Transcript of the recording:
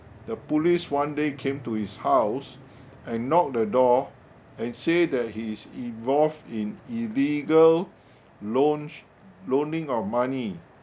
the police one day came to his house and knock the door and say that he is involved in illegal loan s~ loaning of money